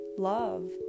Love